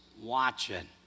watching